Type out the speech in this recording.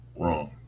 wrong